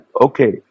okay